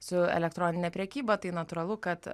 su elektronine prekyba tai natūralu kad